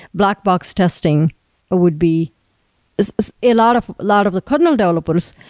black box testing would be a lot of lot of kernel developers,